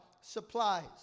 supplies